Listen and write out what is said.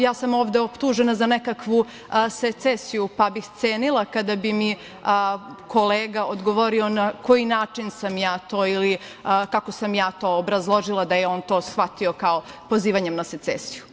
Ja sam ovde optužena za nekakvu secesiju pa bih cenila kada bi mi kolega odgovorio na koji način sam ja to ili kako sam ja to obrazložila da je on to shvatio kao pozivanjem secesiju?